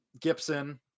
Gibson